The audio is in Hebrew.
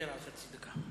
שוויתר על חצי דקה.